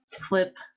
flip